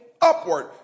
upward